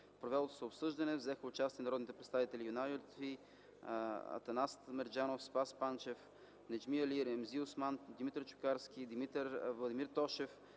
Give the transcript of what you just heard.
провелото се обсъждане взеха участие народните представители Юнал Лютфи, Атанас Мерджанов, Спас Панчев, Неджми Али, Ремзи Осман, Димитър Чукарски, Владимир Тошев